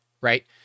Right